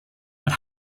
and